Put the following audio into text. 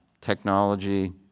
technology